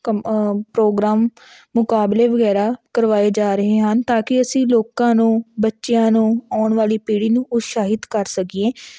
ਕਮ programme ਮੁਕਾਬਲੇ ਵਗੈਰਾ ਕਰਵਾਏ ਜਾ ਰਹੇ ਹਨ ਤਾਂ ਕਿ ਅਸੀਂ ਲੋਕਾਂ ਨੂੰ ਬੱਚਿਆਂ ਨੂੰ ਆਉਣ ਵਾਲੀ ਪੀੜੀ ਨੂੰ ਉਤਸ਼ਾਹਿਤ ਕਰ ਸਕੀਏ